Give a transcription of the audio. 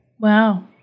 wow